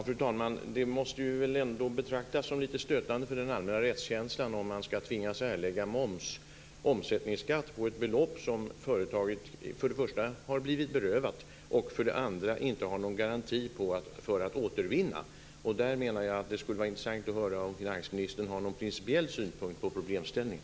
Fru talman! Det måste väl ändå betraktas som lite stötande för den allmänna rättskänslan om man ska tvingas erlägga omsättningsskatt på ett belopp som företaget för det första har blivit berövat och för det andra inte är garanterat att återvinna. Därför vore det intressant att höra om finansministern har någon principiell synpunkt på problemställningen.